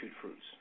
fruits